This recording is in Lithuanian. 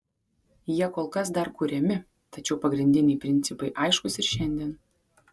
jie kol kas dar kuriami tačiau pagrindiniai principai aiškūs ir šiandien